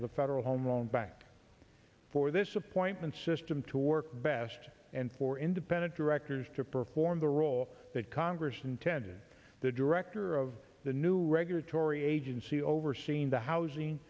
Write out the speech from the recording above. of the federal home loan back for this appointment system to work best and for independent directors to perform the role that congress intended the director of the new regulatory agency overseeing the housing